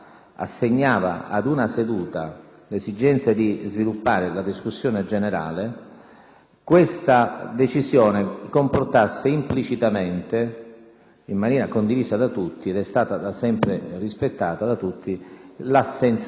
questa decisione comportasse implicitamente, in maniera condivisa da tutti - e tale prassi è sempre stata rispettata da tutti - l'assenza di votazioni. Qualche precedente che torna alla mia memoria